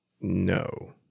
No